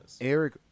eric